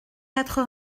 quatre